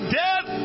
death